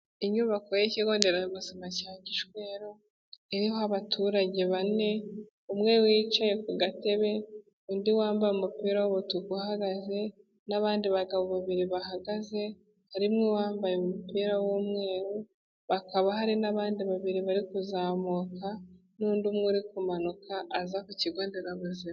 Inyubako y'ikigo nderabuzima cya Gishwerz iriho abaturage bane, umwe wicaye ku gatebe, undi wambaye umupira w'umutuku uhagaze n'abandi bagabo babiri bahagaze harimo uwambaye umupira w'umweru, bakaba hari n'abandi babiri bari kuzamuka n'undi umwe uri kumanuka aza ku kigo nderabuzima.